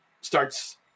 starts